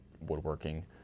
woodworking